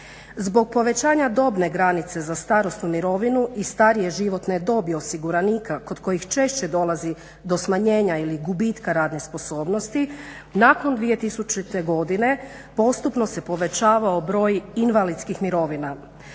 Zbog povećanja dobne granice za starosnu mirovinu i starije životne dobi osiguranika kod kojih češće dolazi do smanjenja ili gubitka radne sposobnosti nakon 2000. postupno se povećavao broj invalidskih mirovina.